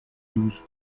douze